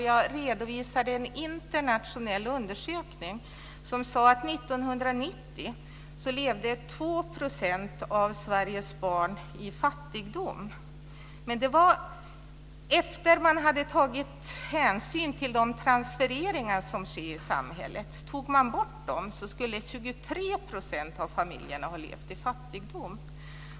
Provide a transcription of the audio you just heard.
Jag redovisade där en internationell undersökning som sade att år 1990 levde 2 % av Sveriges barn i fattigdom. Men det var efter det att man hade tagit hänsyn till de transfereringar som sker i samhället. Tog man bort dem skulle 23 % av familjerna ha levt i fattigdom.